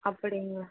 அப்படிங்களா